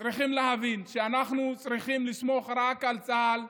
צריכים להבין שאנחנו צריכים לסמוך רק על צה"ל,